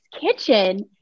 Kitchen